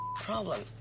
problem